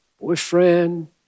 boyfriend